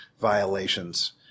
violations